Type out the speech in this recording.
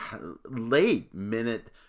late-minute